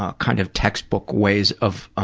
ah kind of textbook ways of